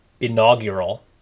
inaugural